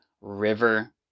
River